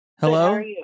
Hello